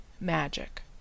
magic